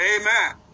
Amen